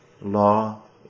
law